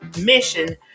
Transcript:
mission